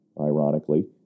ironically